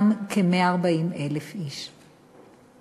כ-140,000 איש בגילי העבודה.